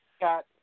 got